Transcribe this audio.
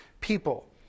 people